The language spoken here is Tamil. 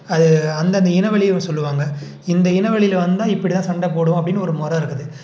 அது அந்தந்த இனவழிய சொல்வாங்க இந்த இனவழில வந்தால் இப்படிதான் சண்டை போடும் அப்படின்னு ஒரு மொறை இருக்குது